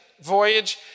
voyage